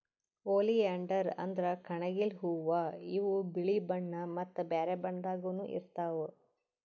oleander ಅಂದ್ರ ಕಣಗಿಲ್ ಹೂವಾ ಇವ್ ಬಿಳಿ ಬಣ್ಣಾ ಮತ್ತ್ ಬ್ಯಾರೆ ಬಣ್ಣದಾಗನೂ ಇರ್ತವ್